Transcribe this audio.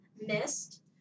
missed